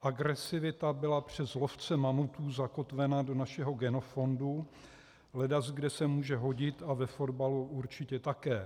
Agresivita byla přes lovce mamutů zakotvena do našeho genofondu, ledaskde se může hodit a ve fotbalu určitě také.